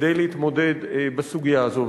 כדי להתמודד בסוגיה הזו.